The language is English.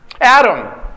Adam